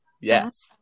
yes